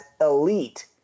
elite